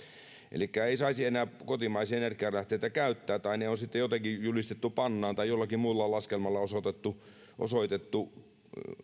elikkä ei saisi enää kotimaisia energialähteitä käyttää tai ne on sitten jotenkin julistettu pannaan tai jollakin muulla laskelmalla osoitettu osoitettu